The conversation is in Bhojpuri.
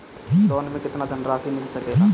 लोन मे केतना धनराशी मिल सकेला?